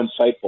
insightful